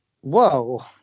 Whoa